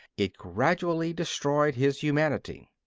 it gradually destroyed his humanity.